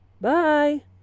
Bye